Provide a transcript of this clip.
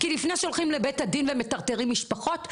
כי לפני שהולכים לבית הדין ומטרטרים משפחות,